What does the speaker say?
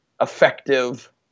effective